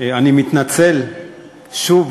אני מתנצל שוב,